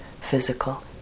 physical